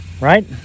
Right